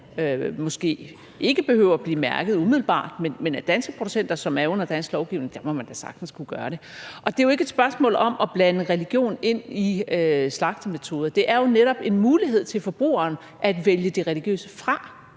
umiddelbart behøver at blive mærket, men i forhold til danske producenter, som er under dansk lovgivning, må man da sagtens kunne gøre det. Og det er jo ikke et spørgsmål om at blande religion sammen med slagtemetoder. Det er jo netop en mulighed til forbrugeren om at kunne vælge det religiøse fra